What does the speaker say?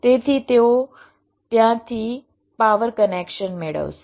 તેથી તેઓ ત્યાંથી પાવર કનેક્શન મેળવશે